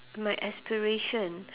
my aspiration